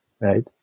right